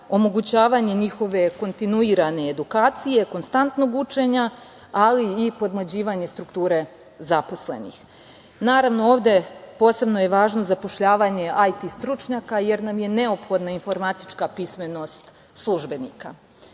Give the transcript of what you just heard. omogućavanje njihove kontinuirane edukacije, konstantnog učenja, ali i podmlađivanje strukture zaposlenih. Naravno, ovde je posebno važno zapošljavanje IT stručnjaka, jer nam je neophodna informatička pismenost službenika.